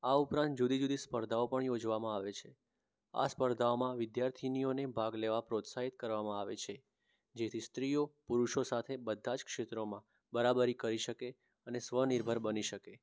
આ ઉપરાંત જુદી જુદી સ્પર્ધાઓ પણ યોજવામાં આવે છે આ સ્પર્ધાઓમાં વિદ્યાર્થિનીઓને ભાગ લેવા પ્રોત્સાહિત કરવામાં આવે છે જેથી સ્ત્રીઓ પુરુષો સાથે બધા જ ક્ષેત્રોમાં બરાબરી કરી શકે અને સ્વ નિર્ભર બની શકે